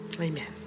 Amen